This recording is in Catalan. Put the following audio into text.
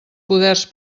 poders